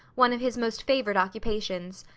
one of his most favoured occupations.